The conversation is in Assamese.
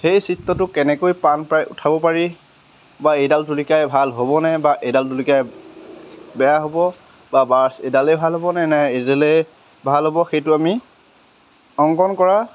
সেই চিত্ৰটো কেনেকৈ প্ৰাণ পাই উঠাব পাৰি বা এইডাল তুলিকাই ভাল হ'বনে বা এইডাল তুলিকাই বেয়া হ'ব বা ব্ৰাছ এইডালেই ভাল হ'বনে নাই এইডালেই ভাল হ'ব সেইটো আমি অংকন কৰা